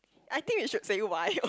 I think we should say why